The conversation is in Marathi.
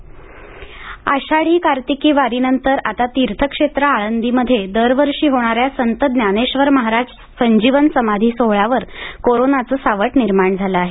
आळदी सचारबदी आषाढी कार्तिकी वारीनंतर आता तीर्थक्षेत्र आंळदीमध्ये दरवर्षी होणाऱ्या संत ज्ञानेश्वर महाराज संजीवन समाधी सोहळ्यावर कोरोनाचं सावट निर्माण झालं आहे